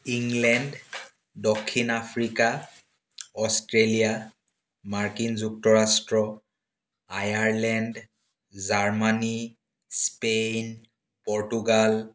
England দক্ষিণ Africa Australia মাৰ্কিন যুক্তৰাষ্ট্ৰ আয়াৰলেণ্ড জাৰ্মানী স্পেইন পৰ্টুগাল